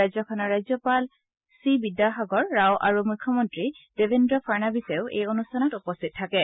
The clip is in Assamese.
ৰাজ্যখনৰ ৰাজ্যপাল চি বিদ্যাসাগৰ ৰাও আৰু মুখ্যমন্ত্ৰী দেবেন্দ্ৰ ফাড়নৱিছো এই অনুষ্ঠানত উপস্থিত থাকে